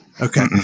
Okay